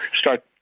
start